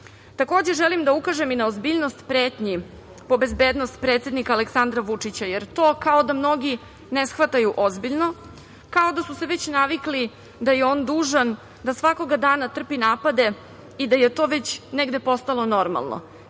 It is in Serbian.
želim da ukažem i na ozbiljnost pretnji po bezbednost predsednika Aleksandra Vučića, jer to kao da mnogi ne shvataju ozbiljno, kao da su se već navikli da je on dužan da svakog dana trpi napade i da je to već negde postalo normalno. To